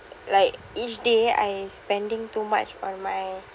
like each day I spending too much on my